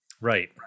right